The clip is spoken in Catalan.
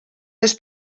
les